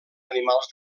animals